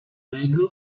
regel